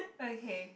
okay